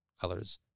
colors